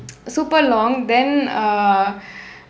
super long then err